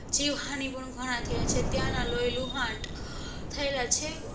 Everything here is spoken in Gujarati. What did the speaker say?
જીવહાનિ પણ ઘણા થયા છે ત્યાંના લોહીલુહાણ થયેલા છે